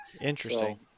Interesting